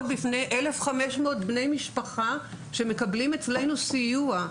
בפני 1,500 בני משפחה שמקבלים אצלנו סיוע.